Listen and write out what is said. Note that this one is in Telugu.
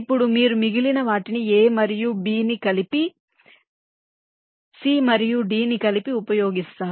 ఇప్పుడు మీరు మిగిలిన వాటిని a మరియు b ని కలిపి c మరియు d ని కలిపి ఉపయోగిస్తారు